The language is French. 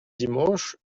dimanche